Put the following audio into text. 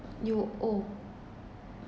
you owe